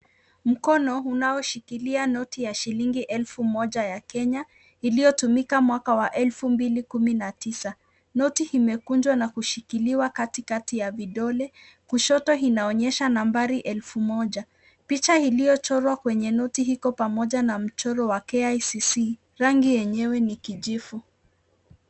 Mkono unaoshikilia noti ya shilingi elfu moja ya Kenya iliyotumika mwaka wa 2019. Noti imekunjwa na kushikiliwa katikati ya vidole. Kushoto inaonyesha nambari 1000. Picha iliyochorwa kwenye noti iko pamoja na mchoro wa KICC, rangi yenyewe ni kijivu.